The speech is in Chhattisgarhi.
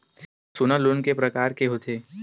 सोना लोन के प्रकार के होथे?